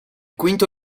quinto